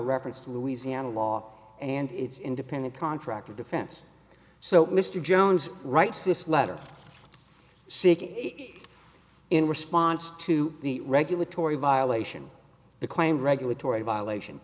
reference to louisiana law and its independent contractor defense so mr jones writes this letter seeking in response to the regulatory violation the claim regulatory violation